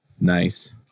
Nice